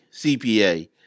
CPA